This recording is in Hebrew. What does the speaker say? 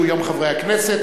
שהוא יום חברי הכנסת.